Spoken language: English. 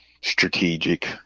strategic